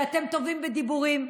שאתם טובים בדיבורים,